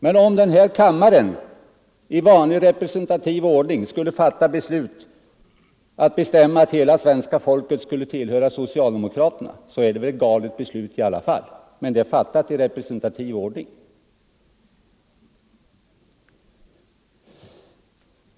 Men om den här kammaren Torsdagen den i vanlig representativ ordning skulle bestämma att hela svenska folket 7 november 1974 skall tillhöra socialdemokraterna, så är det väl i alla fall ett galet beslut, men det är fattat i representativ ordning.